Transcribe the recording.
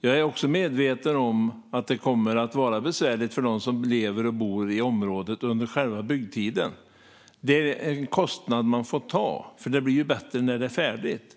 Jag är också medveten om att det kommer att vara besvärligt för dem som lever och bor i området under själva byggtiden. Det är dock en kostnad man får ta, för det blir ju bättre när det är färdigt.